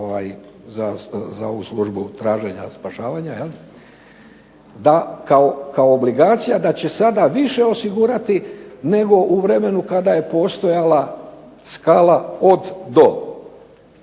za ovu službu traženja spašavanja, da kao obligacija da će sada više osigurati nego u vremenu kada je postojala skala od do.